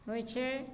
होइ छै